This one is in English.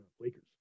Lakers